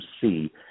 see